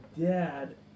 dad